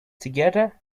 together